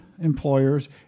employers